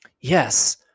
Yes